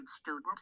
student